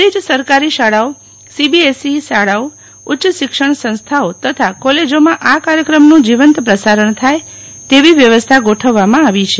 બધી જ સરકારી શાળાઓ સીબીએસઈ શાળાઓ ઉચ્ચ શિક્ષણ સંસ્થાઓ તથા કોલેજોમાં આ કાર્યક્રમનું જીવંત પ્રસારણ થાય તેવી વ્યવસ્થા ગોઠવવામાં આવી છે